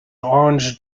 orange